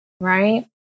Right